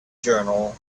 journal